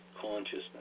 consciousness